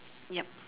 ya